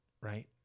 right